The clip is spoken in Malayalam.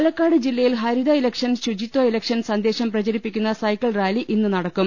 പാലക്കാട് ജില്ലയിൽ ഹരിത ഇലക്ഷൻ ശുചിത്വ ഇലക്ഷൻ സന്ദേശം പ്രചരിപ്പിക്കുന്ന സൈക്കിൾ റാലി ഇന്ന് നടക്കും